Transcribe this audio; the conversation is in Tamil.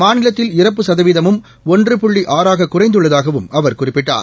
மாநிலத்தில் இறப்பு சதவீதமும் ஒன்று புள்ளிஅறாககுறைந்துள்ளதாகவும் அவர் குறிப்பிட்டார்